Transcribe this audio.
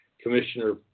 Commissioner